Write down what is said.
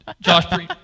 Josh